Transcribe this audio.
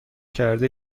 کرده